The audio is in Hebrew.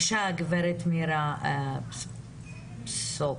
גברת מאירה בסוק,